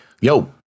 yo